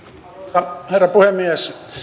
arvoisa herra puhemies